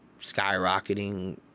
skyrocketing